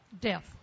death